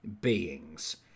beings